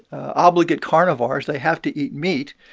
obligate carnivores. they have to eat meat.